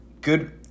Good